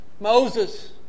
Moses